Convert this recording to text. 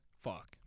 Fuck